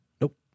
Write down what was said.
Nope